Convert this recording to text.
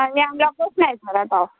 ആ ഞാൻ ലൊക്കേഷൻ അയച്ച് തരാട്ടോ